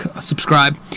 subscribe